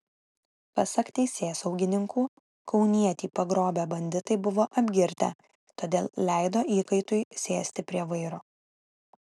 pasak teisėsaugininkų kaunietį pagrobę banditai buvo apgirtę todėl leido įkaitui sėsti prie vairo